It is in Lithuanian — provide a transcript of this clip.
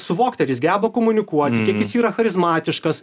suvokti ar jis geba komunikuoti kiek jis yra charizmatiškas